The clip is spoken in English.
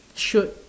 should